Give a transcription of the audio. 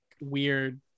weird